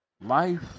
life